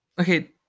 Okay